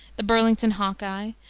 the burlington hawkeye,